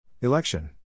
Election